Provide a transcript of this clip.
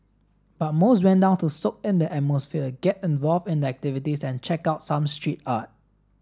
but most went down to soak in the atmosphere get involved in the activities and check out some street art